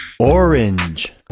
Orange